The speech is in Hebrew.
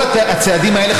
כל הצעדים האלה,